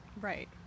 right